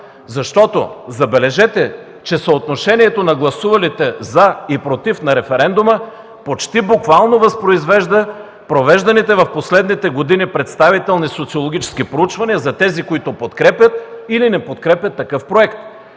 лъжа. Забележете, съотношението на гласувалите „за” и „против” на референдума почти буквално възпроизвежда провежданите в последните години представителни социологически проучвания за тези, които подкрепят или не подкрепят такъв проект.